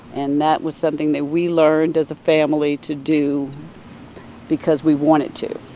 and that was something that we learned as a family to do because we wanted to.